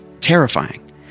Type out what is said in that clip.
terrifying